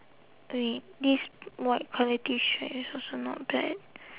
wait this white colour T shirt is also not bad